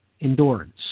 endurance